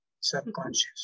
subconscious